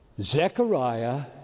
Zechariah